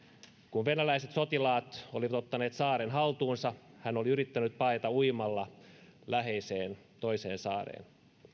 kun venäläiset sotilaat olivat ottaneet saaren haltuunsa hän oli yrittänyt paeta uimalla läheiseen toiseen saareen